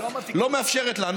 לא מאפשרת לנו,